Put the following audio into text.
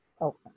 Okay